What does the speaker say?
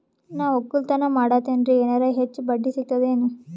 ನಾ ಒಕ್ಕಲತನ ಮಾಡತೆನ್ರಿ ಎನೆರ ಹೆಚ್ಚ ಬಡ್ಡಿ ಸಿಗತದೇನು?